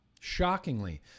Shockingly